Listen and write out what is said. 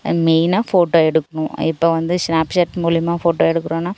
and மெயினாக photo எடுக்கணும் இப்போ வந்து ஸ்னாப் சேட் மூலிமா ஃபோட்டோ எடுக்கிறோன்னா